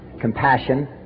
compassion